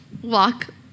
Walk